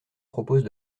propose